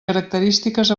característiques